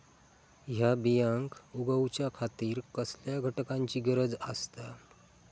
हया बियांक उगौच्या खातिर कसल्या घटकांची गरज आसता?